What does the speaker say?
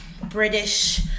British